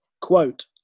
Quote